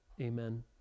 Amen